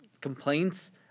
complaints